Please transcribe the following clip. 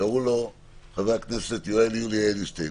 קראו לו חבר הכנסת יואל יולי אדלשטיין.